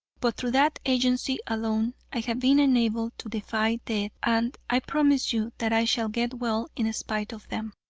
but through that agency alone i have been enabled to defy death and i promise you that i shall get well in spite of them.